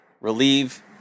relieve